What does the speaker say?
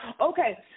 Okay